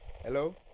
Hello